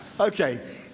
Okay